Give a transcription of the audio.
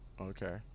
okay